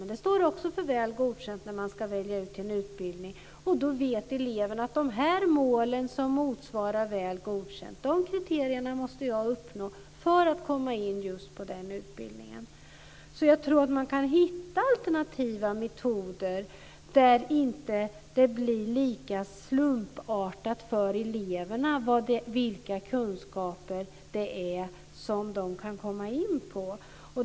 Men det står också för Väl godkänd när man ska söka en utbildning. Då vet eleverna att de kriterier som motsvarar Väl godkänd måste uppnås för att man ska komma in på en viss utbildning. Jag tror att man kan hitta alternativa metoder där det inte blir lika slumpartat för eleverna vilka kunskaper som krävs för att komma in på en viss utbildning.